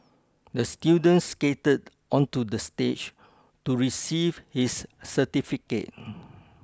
the student skated onto the stage to receive his certificate